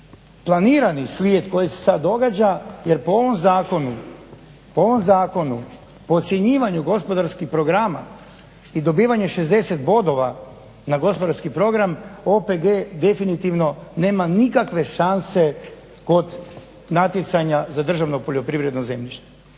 planirani slijed koji se sad događa jer po ovom zakonu po ocjenjivanju gospodarskih programa i dobivanje 60 bodova na gospodarski program OPG definitivno nema nikakve šanse kod natjecanja za državno poljoprivredno zemljište.